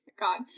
God